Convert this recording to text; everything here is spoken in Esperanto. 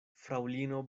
fraŭlino